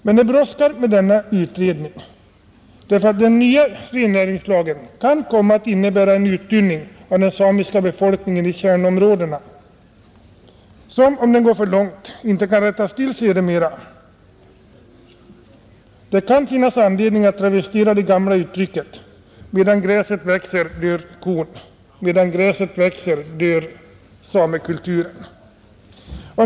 Men det brådskar med denna utredning, därför att den nya rennäringslagen kan komma att innebära en uttunning av den samiska befolkningen i kärnområdena som, om den går för långt, inte kan rättas till sedermera. Det kan finnas anledning att travestera det gamla uttrycket, att medan gräset växer dör kon, och säga, att medan gräset växer dör samekulturen.